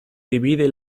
divide